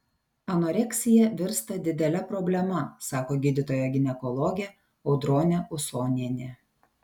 anoreksija virsta didele problema sako gydytoja ginekologė audronė usonienė